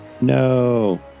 No